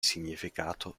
significato